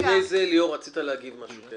לפני זה, ליאור, רצית להגיב על משהו.